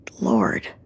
Lord